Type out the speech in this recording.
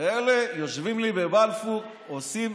ואלה יושבים לי בבלפור, עושים